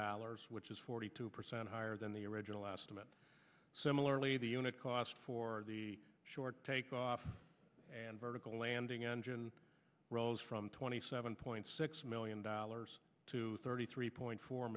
dollars which is forty two percent higher than the original estimate similarly the unit cost for the short takeoff and vertical landing engine rose from twenty seven point six million dollars to thirty three point four